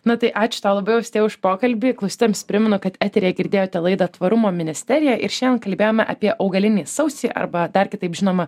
na tai ačiū tau labai austėja už pokalbį klausytojams primenu kad eteryje girdėjote laidą tvarumo ministerija ir šiandien kalbėjome apie augalinį sausį arba dar kitaip žinomą